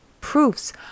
Proofs